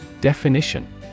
Definition